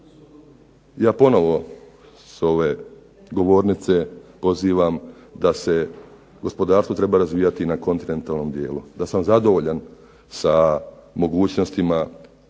Ja ponovno sa ove govornice pozivam da se gospodarstvo treba razvijati na kontinentalnom dijelu. Da sam zadovoljan sa mogućnostima